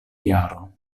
jaro